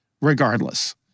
regardless